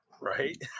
right